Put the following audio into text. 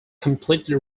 completely